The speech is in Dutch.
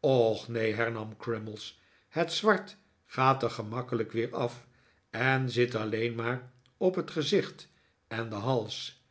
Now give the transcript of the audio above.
och neen hernam crummies het zwart gaat er gemakkelijk weer af en zit alleen maar op het gezicht en den hals